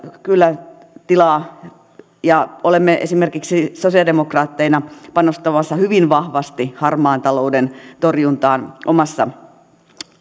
kyllä tilaa olemme esimerkiksi sosialidemokraatteina panostamassa hyvin vahvasti harmaan talouden torjuntaan omassa